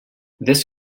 this